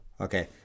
Okay